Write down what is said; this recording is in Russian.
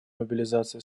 мобилизации